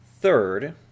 Third